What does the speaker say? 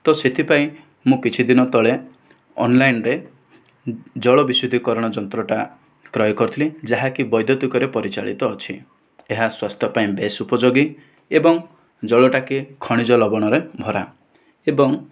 ତ ସେଥିପାଇଁ ମୁଁ କିଛିଦିନ ତଳେ ଅନଲାଇନରେ ଜଳବିଶୁଦ୍ଧିକରଣ ଯନ୍ତ୍ରଟା କ୍ରୟ କରିଥିଲି ଯାହାକି ବୈଦ୍ୟୁତିକରେ ପରିଚାଳିତ ଅଛି ଏହା ସ୍ୱାସ୍ଥ୍ୟ ପାଇଁ ବେଶ ଉପଯୋଗୀ ଏବଂ ଜଳଟା ଖଣିଜ ଲବଣରେ ଭରା ଏବଂ